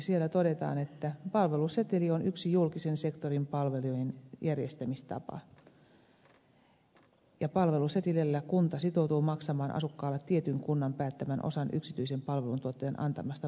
siellä todetaan että palveluseteli on yksi julkisen sektorin palvelujen järjestämistapa ja palvelusetelillä kunta sitoutuu maksamaan asukkaalle tietyn kunnan päättämän osan yksityisen palveluntuottajan antamasta palvelusta